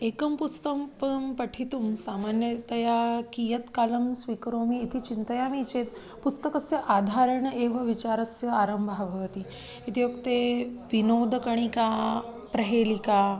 एकं पुस्तकं पां पठितुं सामान्यतया कियत् कालं स्वीकरोमि इति चिन्तयामि चेत् पुस्तकस्य आधारेण एव विचारस्य आरम्भः भवति इत्युक्ते विनोदकणिका प्रहेलिका